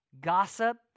gossip